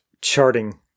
charting